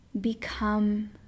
become